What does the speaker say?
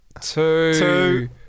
two